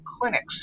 clinics